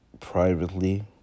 privately